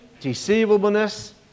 deceivableness